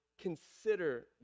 consider